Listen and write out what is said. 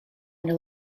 into